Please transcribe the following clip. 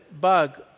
bug